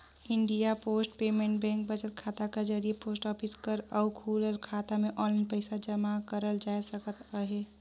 India post payment bank बचत खाता कर जरिए पोस्ट ऑफिस कर अउ खुलल खाता में आनलाईन पइसा जमा करल जाए सकत अहे